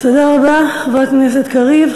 תודה רבה, חברת הכנסת קריב.